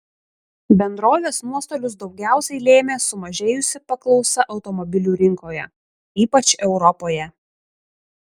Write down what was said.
bendrovės nuostolius daugiausiai lėmė sumažėjusi paklausa automobilių rinkoje ypač europoje